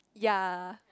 ya